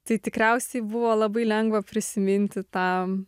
tai tikriausiai buvo labai lengva prisiminti tą